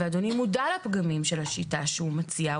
ואדוני מודע לפגמים של השיטה שהוא מציע.